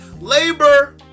Labor